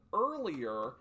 earlier